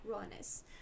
rawness